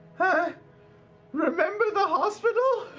but remember the hospital?